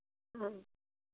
हाँ